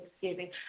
Thanksgiving